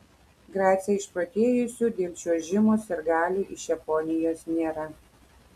grace išprotėjusių dėl čiuožimo sirgalių iš japonijos nėra